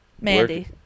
Mandy